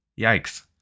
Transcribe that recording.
Yikes